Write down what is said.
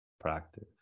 practice